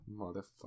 Motherfucker